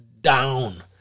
down